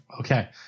Okay